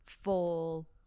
fall